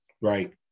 right